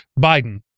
Biden